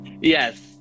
Yes